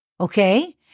Okay